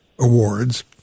Awards